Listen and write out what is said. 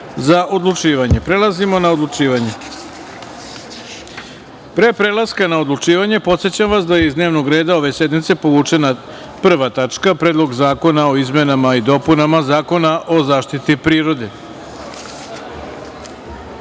za odlučivanje. Prelazimo na odlučivanje. Pre prelaska na odlučivanje podsećam vas da iz dnevnog reda ove sednice povučena prva tačka – Predlog zakona o izmenama i dopunama Zakona o zaštiti prirode. Pošto